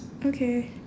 okay